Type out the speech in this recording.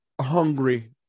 hungry